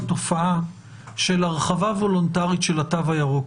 תופעה של הרחבה וולונטרית של התו הירוק.